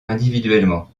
individuellement